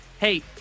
hey